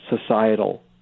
societal